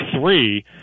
three